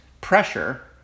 pressure